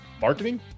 Marketing